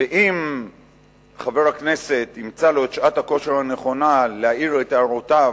ואם חבר הכנסת ימצא לו את שעת הכושר הנכונה להעיר את הערותיו,